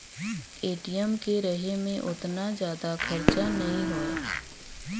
ATM के रहें मे ओतना जादा खरचा नइ होए